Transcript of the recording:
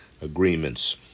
agreements